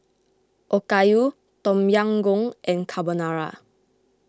Okayu Tom Yam Goong and Carbonara